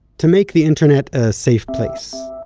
to make the internet a safe place.